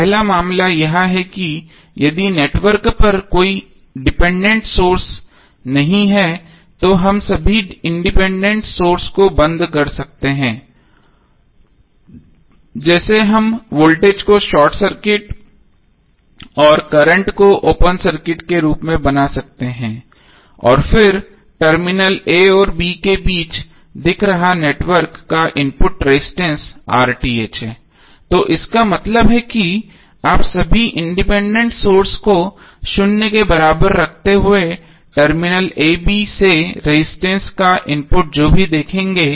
पहला मामला यह है कि यदि नेटवर्क पर कोई डिपेंडेंट सोर्स नहीं है तो हम सभी इंडिपेंडेंट सोर्सेस को बंद कर सकते हैं जैसे हम वोल्टेज को शॉर्ट सर्किट और करंट सोर्स को ओपन सर्किट के रूप में बना सकते हैं और फिर टर्मिनल a और b के बीच दिख रहा नेटवर्क का इनपुट रजिस्टेंस है तो इसका मतलब है कि आप सभी इंडिपेंडेंट सोर्सेस को शून्य के बराबर रखते हुए टर्मिनल a b से रजिस्टेंस का इनपुट जो भी देखेंगे